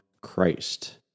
Christ